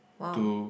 wow